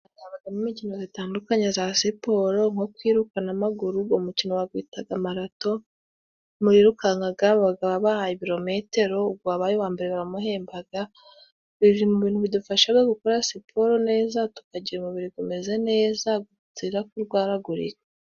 Habagaho imikino zitandukanye za siporo, nko kwiruruka n'amaguru. Ugo mukino bagwitaga marato, murirukankaga babaga babahaye ibirometero ubwo uwabaye uwa mbere baramuhembaga. Biri mu bintu bidufasha gukora siporo neza tukagira umubiri gumeze neza, guzira kurwaragurika.